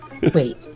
Wait